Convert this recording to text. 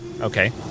Okay